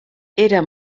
era